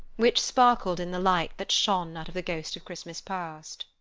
which sparkled in the light that shone out of the ghost of christmas past.